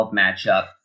matchup